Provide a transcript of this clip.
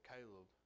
Caleb